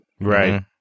Right